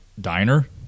diner